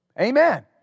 Amen